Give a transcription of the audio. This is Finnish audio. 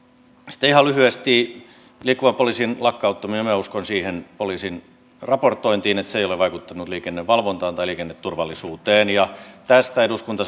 sitten ihan lyhyesti liikkuvan poliisin lakkauttamisesta minä uskon siihen poliisin raportointiin että se ei ole vaikuttanut liikennevalvontaan tai liikenneturvallisuuteen ja tästä eduskunta